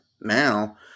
Now